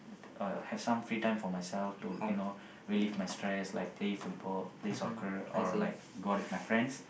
uh have some free time for myself to you know relieve my stress like play football play soccer or like go out with my friends